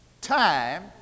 time